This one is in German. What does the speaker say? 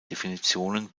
definitionen